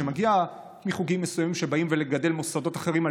שמגיעה מחוגים מסוימים שבאים לגדל מוסדות אחרים,